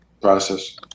process